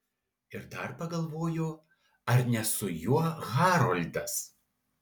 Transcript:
ir dar pagalvojo ar ne su juo haroldas